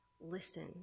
listen